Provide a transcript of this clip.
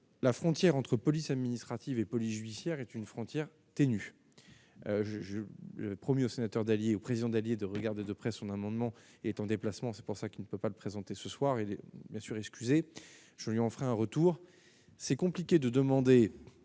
la frontière entre police administrative et police judiciaire est une frontière ténue je le 1er au sénateur Dallier au président d'alliés de regarder de près, son amendement est en déplacement, c'est pour ça qu'il ne peut pas présenter ce soir est bien sûr excusez, je lui en un retour, c'est compliqué de demander